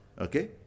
okay